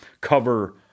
cover